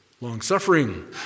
long-suffering